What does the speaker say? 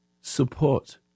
support